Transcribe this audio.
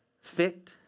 fit